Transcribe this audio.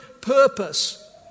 purpose